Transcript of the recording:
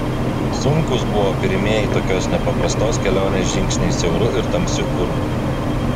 sunkūs buvo pirmieji tokios nepaprastos kelionės žingsniai siauru ir tamsiu urvu